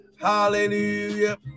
Hallelujah